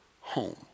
home